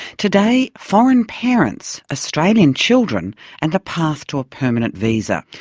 today, foreign parents, australian children and the path to a permanent visa.